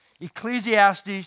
Ecclesiastes